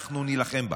אנחנו נילחם בה